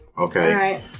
Okay